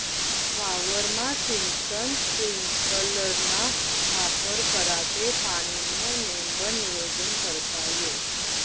वावरमा सिंचन स्प्रिंकलरना वापर करा ते पाणीनं नेमबन नियोजन करता येस